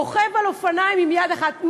רוכב על אופניים עם יד אחת,